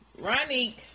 Ronique